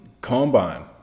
Combine